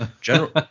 General